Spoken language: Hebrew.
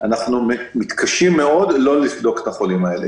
אנחנו מתקשים מאוד לא לבדוק את החולים האלה.